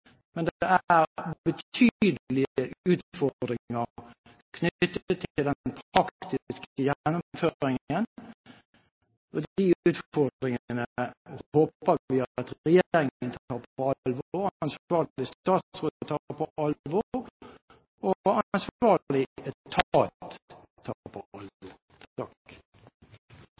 men det er betydelige utfordringer knyttet til den praktiske gjennomføringen, og de utfordringene håper vi at regjeringen tar på alvor, at ansvarlig statsråd tar på alvor, og at